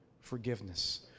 forgiveness